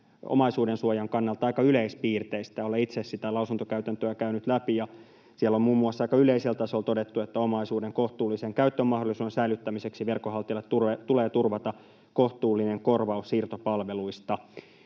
omaisuudensuojan kannalta aika yleispiirteistä. Olen itse sitä lausuntokäytäntöä käynyt läpi, ja siellä on muun muassa aika yleisellä tasolla todettu, että omaisuuden kohtuullisen käytön mahdollisuuden säilyttämiseksi verkonhaltijalle tulee turvata kohtuullinen korvaus siirtopalveluista.